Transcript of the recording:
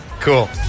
Cool